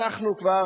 אנחנו כבר,